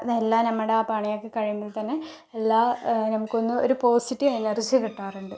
അതെല്ലാം നമ്മുടെ ആ പണിയൊക്കെ കഴിയുമ്പോൾ തന്നെ എല്ലാ നമുക്കെന്നും ഒരു പോസിറ്റീവ് എനർജി കിട്ടാറുണ്ട്